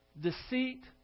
deceit